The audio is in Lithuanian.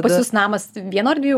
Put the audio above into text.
pas jus namas vieno ar dviejų